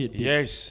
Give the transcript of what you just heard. Yes